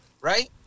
right